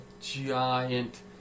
giant